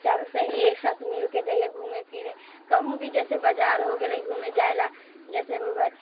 चारू सहेली एक साथ मिलिके जइए घुमै फिरै कहूँ भी जइसे बाजार हो गेलै घुमै जाइलए जइसे